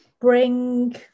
bring